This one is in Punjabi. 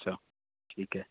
ਅੱਛਾ ਠੀਕ ਹੈ